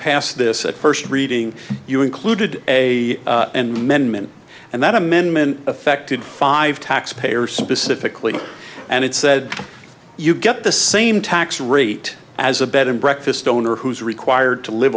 pass this at first reading you included a and amendment and that amendment affected five tax payers specifically and it said you get the same tax rate as a bed and breakfast owner who's required to live